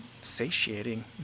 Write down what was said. satiating